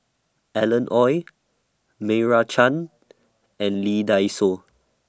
Alan Oei Meira Chand and Lee Dai Soh